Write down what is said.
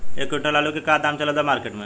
एक क्विंटल आलू के का दाम चलत बा मार्केट मे?